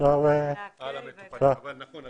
אבל נכון,